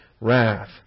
wrath